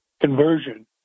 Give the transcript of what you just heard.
conversion